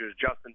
Justin